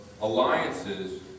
alliances